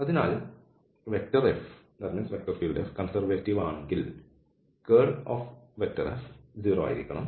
അതിനാൽ F conservative ആണെങ്കിൽ curl F പൂജ്യമായിരിക്കണം